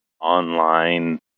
online